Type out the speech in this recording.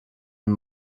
den